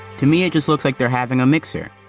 to me, it just looks like they're having a mixer.